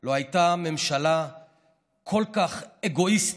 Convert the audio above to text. לא הייתה ממשלה כל כך אגואיסטית,